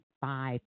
five